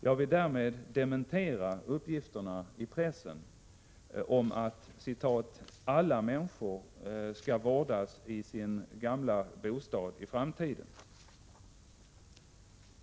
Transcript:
Jag vill därmed dementera uppgifterna i pressen om att ”alla människor skall vårdas i sina gamla bostäder i framtiden”.